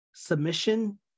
submission